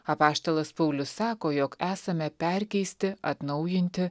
apaštalas paulius sako jog esame perkeisti atnaujinti